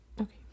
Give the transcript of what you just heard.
Okay